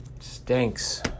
stinks